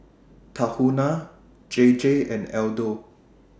Tahuna J J and Aldo